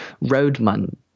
Roadman